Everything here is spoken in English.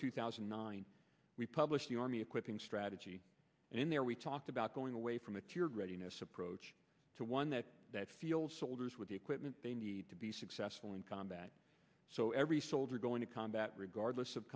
two thousand and nine we published the army equipping strategy and in there we talked about going away from a tiered readiness approach to one that feels soldiers with the equipment they need to be successful in combat so every soldier go into combat regardless of